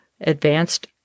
Advanced